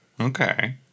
Okay